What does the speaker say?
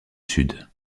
sud